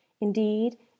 indeed